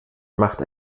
macht